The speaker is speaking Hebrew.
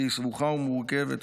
שהיא סבוכה ומורכבת,